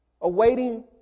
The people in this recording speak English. awaiting